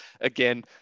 again